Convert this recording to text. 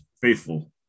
Faithful